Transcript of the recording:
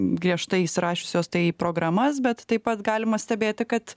griežtai įsirašiusios tai į programas bet taip pat galima stebėti kad